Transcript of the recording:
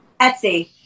Etsy